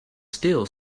still